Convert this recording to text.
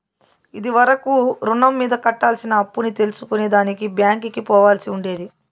ఇది వరకు రుణం మీద కట్టాల్సిన అప్పుని తెల్సుకునే దానికి బ్యాంకికి పోవాల్సి ఉండేది